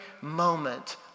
moment